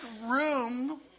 room